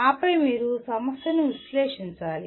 ఆపై మీరు సమస్యను విశ్లేషించాలి